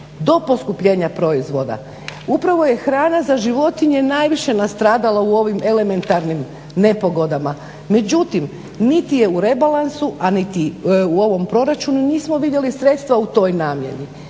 do poskupljenja proizvoda. Upravo je hrana za životinje najviše nastradala u ovim elementarnim nepogodama. Međutim niti je u rebalansu, a niti u ovom proračunu nismo vidjeli sredstva u toj namjeni.